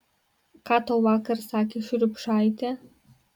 ką tau vakar sakė šriubšaitė